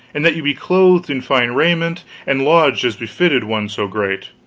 and that you be clothed in fine raiment and lodged as befitted one so great